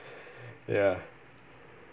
ya